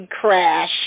crash